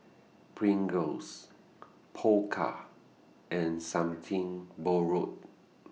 Pringles Pokka and Something Borrowed